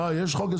אה יש חוק ייסוד?